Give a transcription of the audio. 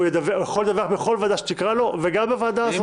הוא יכול לדווח בכל ועדה שתקרא לו וגם בוועדה הזאת.